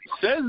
Says